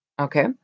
Okay